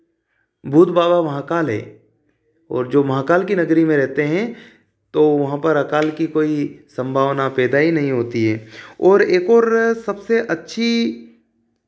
भूत बाबा महाकाल हैं और जो महाकाल की नगरी में रहते हैं तो वहाँ पर अकाल की कोई संभावना पैदा ही नहीं होती है और एक और सबसे अच्छी